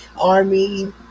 ARMY